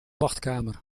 wachtkamer